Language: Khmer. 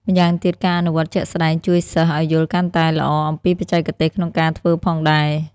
ម្យ៉ាងទៀតការអនុវត្តជាក់ស្តែងជួយសិស្សឲ្យយល់កាន់តែល្អអំពីបច្ចេកទេសក្នុងការធ្វើផងដែរ។